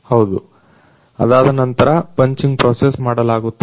ಹೌದು ಅದಾದ ನಂತರ ಪಂಚಿಂಗ್ ಪ್ರೋಸೆಸ್ ಮಾಡಲಾಗುತ್ತದೆ